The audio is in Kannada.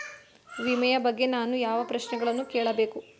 ವಿಮೆಯ ಬಗ್ಗೆ ನಾನು ಯಾವ ಪ್ರಶ್ನೆಗಳನ್ನು ಕೇಳಬೇಕು?